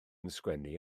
ysgrifennu